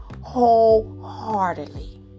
wholeheartedly